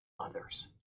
Others